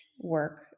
work